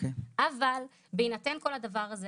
אבל בהינתן כל הדבר הזה,